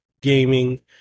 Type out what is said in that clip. gaming